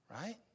right